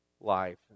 life